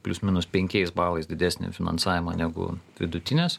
plius minus penkiais balais didesnį finansavimą negu vidutinės